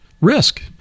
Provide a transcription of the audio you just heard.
Risk